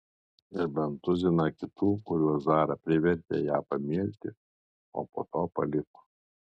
ir bent tuziną kitų kuriuos zara privertė ją pamilti o po to paliko